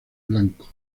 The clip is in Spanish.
blanco